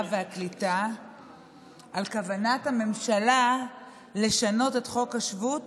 והקליטה על כוונת הממשלה לשנות את חוק השבות